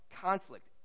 conflict